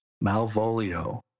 Malvolio